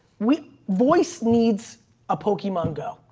we voice needs a pokemongo.